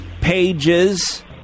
Pages